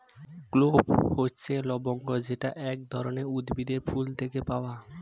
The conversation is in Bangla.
ক্লোভ হচ্ছে লবঙ্গ যেটা এক ধরনের উদ্ভিদের ফুল থেকে পাওয়া